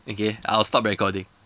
okay I will stop recording